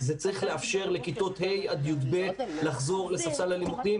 צריך לאפשר לכיתות ה' י"ב לחזור לספסל הלימודים,